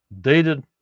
dated